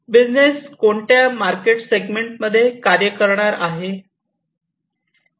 business कोणत्या market सेगमेंटमध्ये कार्य करणार आहे